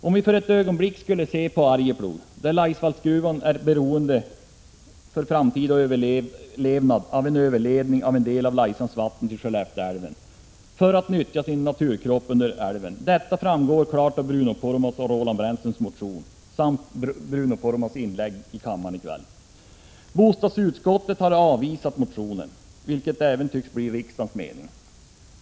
Om vi för ett ögonblick skulle se på Arjeplog, där Laisvallsgruvan för framtida överlevnad är beroende av en överledning av en del av Laisans vatten till Skellefteälven för att kunna nyttja naturkroppen under älven. Detta framgår klart av Bruno Poromaas och Roland Brännströms motion samt av Bruno Poromaas inlägg i kammaren i kväll. Bostadsutskottet har avvisat motionen, vilket även tycks bli riksdagens mening.